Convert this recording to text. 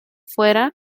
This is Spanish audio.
fuera